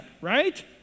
right